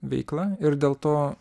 veikla ir dėl to